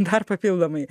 dar papildomai